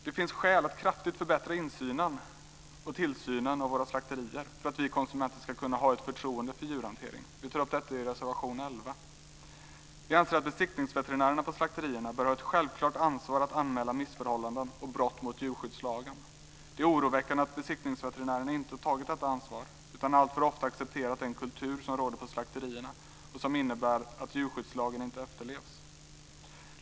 Det finns skäl att kraftigt förbättra insynen i och tillsynen av våra slakterier för att vi konsumenter ska kunna ha förtroende för djurhanteringen. Vi tar upp detta i reservation 11. Vi anser att besiktningsveterinärerna på slakterierna bör ha ett självklart ansvar för att anmäla missförhållanden och brott mot djurskyddslagen. Det är oroväckande att besiktningsveterinärerna inte har tagit detta ansvar utan alltför ofta har accepterat den kultur som råder på slakterierna och som innebär att djurskyddslagen inte efterlevs.